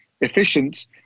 efficient